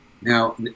Now